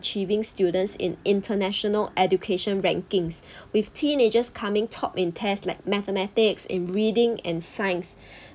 achieving students in international education rankings with teenagers coming top in test like mathematics in reading and science